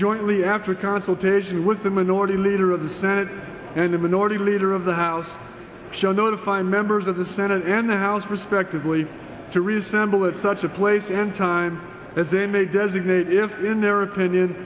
jointly after consultation with the minority leader of the senate and the minority leader of the house show notify members of the senate and the house respectively to resemble at such a place and time as they may designate if in their opinion